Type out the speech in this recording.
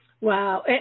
Wow